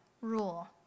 rule